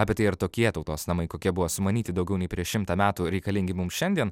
apie tai ar tokie tautos namai kokie buvo sumanyti daugiau nei prieš šimtą metų reikalingi mums šiandien